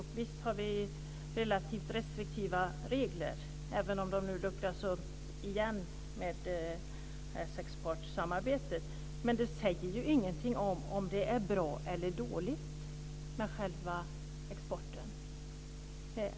Och visst har vi relativt restriktiva regler, även om de nu luckras upp igen med detta sexpartssamarbete. Men det säger ju ingenting om huruvida själva exporten är bra eller dålig.